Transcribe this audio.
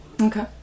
Okay